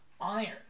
iron